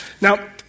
Now